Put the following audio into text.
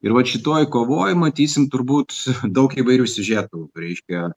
ir vat šitoj kovoj matysim turbūt daug įvairių siužetų reiškia